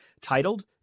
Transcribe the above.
titled